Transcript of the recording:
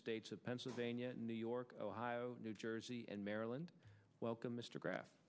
states of pennsylvania new york ohio new jersey and maryland welcome mr kraf